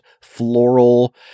floral